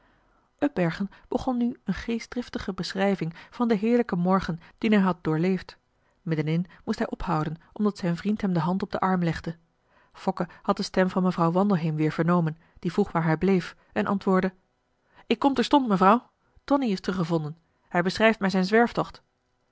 begon nu een geestdriftige beschrijving van marcellus emants een drietal novellen den heerlijken morgen dien hij had doorleefd middenin moest hij ophouden omdat zijn vriend hem de hand op den arm legde fokke had de stem van mevrouw wandelheem weer vernomen die vroeg waar hij bleef en antwoordde ik kom terstond mevrouw tonie is teruggevonden hij beschrijft mij zijn